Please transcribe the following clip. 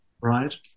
right